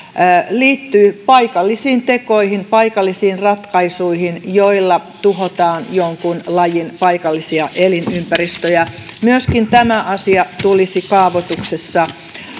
liittyy paikallisiin tekoihin paikallisiin ratkaisuihin joilla tuhotaan jonkun lajin paikallisia elinympäristöjä myöskin tämän asian tulisi olla kaavoituksessa